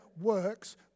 works